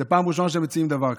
זו פעם ראשונה שמציעים דבר כזה.